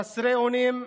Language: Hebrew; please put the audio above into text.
חסרי אונים,